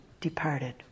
departed